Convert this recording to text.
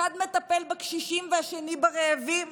אחד מטפל בקשישים והשני ברעבים?